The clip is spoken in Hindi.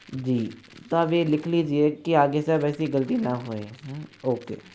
तो आप ये लिख लीजिये कि आगे से अब ऐसी गलती ना हो ओके